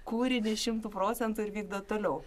kūrinį šimtu procentų ir vykdo toliau